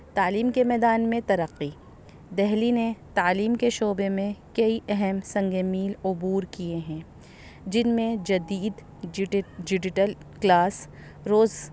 تعلیم کے میدان میں ترقی دہلی نے تعلیم کے شعبے میں کئی اہم سنگی میل عبور کیے ہیں جن میں جدید ڈیجیٹل کلاس روز